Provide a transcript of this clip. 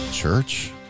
church